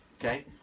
okay